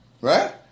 right